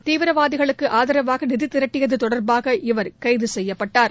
தீவிரவாதிகளுக்கு ஆதரவாக நிதி திரட்டியது தொடர்பாக இவர் கைது செய்யப்பட்டார்